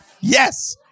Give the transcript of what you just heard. Yes